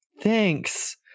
thanks